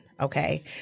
okay